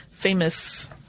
famous